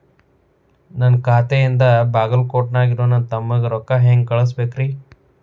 ನನ್ನ ಖಾತೆಯಿಂದ ಬಾಗಲ್ಕೋಟ್ ನ್ಯಾಗ್ ಇರೋ ನನ್ನ ತಮ್ಮಗ ರೊಕ್ಕ ಹೆಂಗ್ ಕಳಸಬೇಕ್ರಿ?